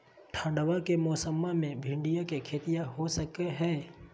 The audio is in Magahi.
ठंडबा के मौसमा मे भिंडया के खेतीया हो सकये है?